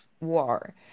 war